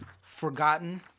Forgotten